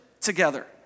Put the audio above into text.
together